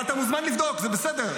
אבל אתה מוזמן לבדוק, זה בסדר.